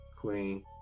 queen